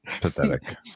pathetic